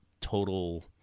total